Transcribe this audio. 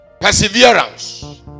Perseverance